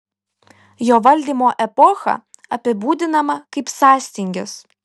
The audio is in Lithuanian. jo valdymo epocha apibūdinama kaip sąstingis